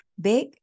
big